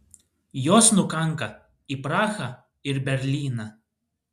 jos nukanka į prahą ir berlyną